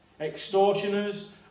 extortioners